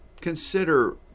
consider